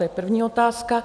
To je první otázka.